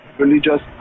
religious